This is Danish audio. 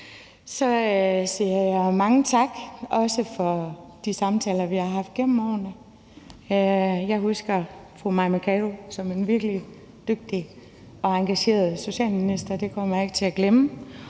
Så siger jeg mange tak, også for de samtaler, vi har haft gennem årene. Jeg husker fru Mai Mercado som en virkelig dygtig og engageret socialminister. Det kommer jeg ikke til at glemme.